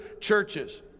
churches